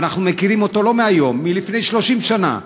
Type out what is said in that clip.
ואנחנו מכירים אותו לא מהיום אלא מלפני 30 שנה,